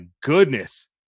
goodness